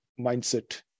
mindset